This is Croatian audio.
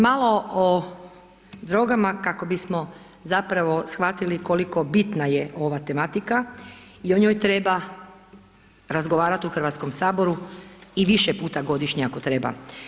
Malo o drogama kako bismo zapravo shvatili koliko bitna je ova tematika i o njoj treba razgovarati u Hrvatskom saboru i više puta godišnje ako treba.